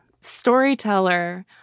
storyteller